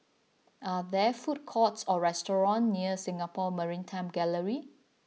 are there food courts or restaurants near Singapore Maritime Gallery